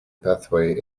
pathway